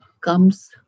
comes